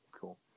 cool